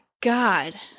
god